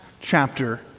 chapter